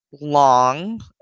Long